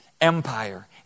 Empire